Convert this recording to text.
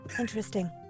Interesting